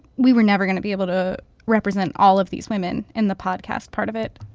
we were never going to be able to represent all of these women in the podcast part of it.